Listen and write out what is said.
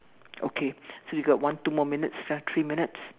okay so you got one two more minutes ah three minutes